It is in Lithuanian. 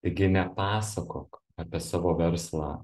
taigi nepasakok apie savo verslą